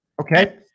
Okay